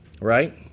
Right